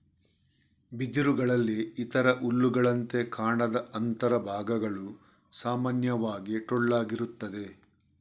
ಬಿದಿರುಗಳಲ್ಲಿ ಇತರ ಹುಲ್ಲುಗಳಂತೆ ಕಾಂಡದ ಅಂತರ ಭಾಗಗಳು ಸಾಮಾನ್ಯವಾಗಿ ಟೊಳ್ಳಾಗಿರುತ್ತದೆ